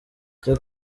cyo